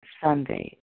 Sunday